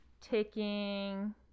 taking